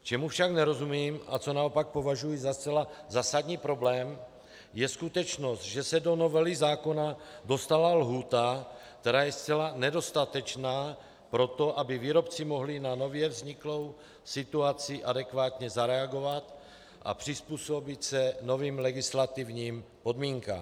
Čemu však nerozumím a co naopak považuji za zcela zásadní problém, je skutečnost, že se do novely zákona dostala lhůta, která je zcela nedostatečná pro to, aby výrobci mohli na nově vzniklou situaci adekvátně zareagovat a přizpůsobit se novým legislativním podmínkám.